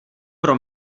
pro